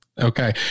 Okay